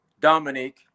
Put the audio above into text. Dominique